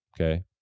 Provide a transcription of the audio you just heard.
Okay